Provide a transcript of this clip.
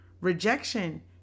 Rejection